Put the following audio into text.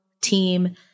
team